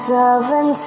Seven